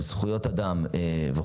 אם זה זכויות אדם וכו',